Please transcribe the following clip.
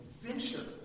adventure